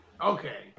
Okay